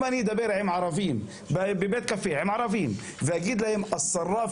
אם אני אדבר עם ערבים בבית קפה ואגיד להם אסרף